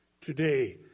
today